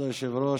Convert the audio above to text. כבוד היושב-ראש,